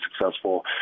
successful